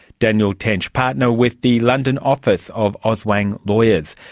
daniel tench, partner with the london office of olswang lawyers.